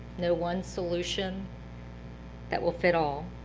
no one solution that will fit all.